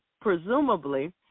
presumably